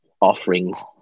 offerings